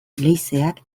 leizeak